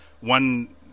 one